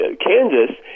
Kansas